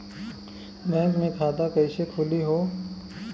Bank मे खाता कईसे खुली हो?